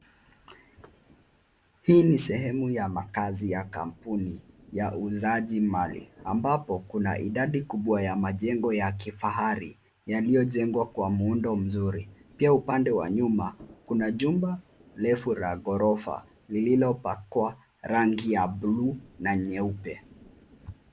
Hii ni sehemu ya makazi ya kampuni ya uuzaji mali ambapo kuna idadi kubwa ya majengo ya kifahari yaliyojengwa kwa muundo mzuri. Pia upande wa nyuma kuna jumba refu la ghorofa lililopakwa rangi ya bluu na nyeupe.